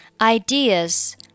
Ideas